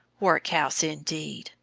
workhouse, indeed!